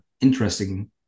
interesting